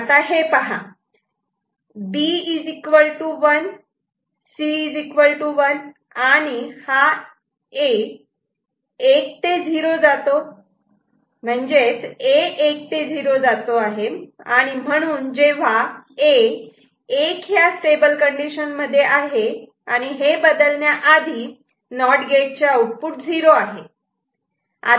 आता हे पहा B 1 C 1 आणि A 1 ते 0 जातो म्हणजे A 1 ते 0 जातो आणि म्हणून जेव्हा A एक ह्या स्टेबल कंडिशन मध्ये आहे आणि हे बदलण्याआधी नॉट गेट चेआउटपुट 0 आहे